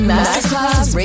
Masterclass